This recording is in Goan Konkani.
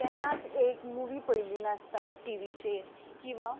केन्नाच एक मुवी पयल्ली नासता टिवीचेर किंवां